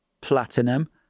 platinum